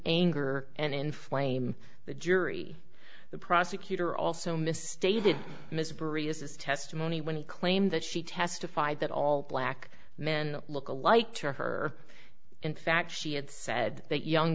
anger and inflame the jury the prosecutor also misstated mystery is his testimony when he claimed that she testified that all black men look alike to her in fact she had said that young